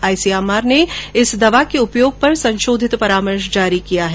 ICMR ने इस दवा के उपयोग पर संशोधित परामर्श जारी किया है